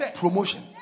promotion